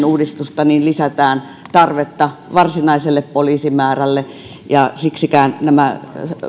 uudistusta lisätään tarvetta varsinaiselle poliisimäärälle ja siksikään nämä